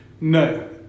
no